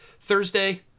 thursday